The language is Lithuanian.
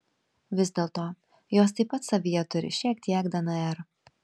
vis dėlto jos taip pat savyje turi šiek tiek dnr